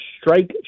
strike